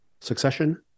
Succession